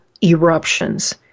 eruptions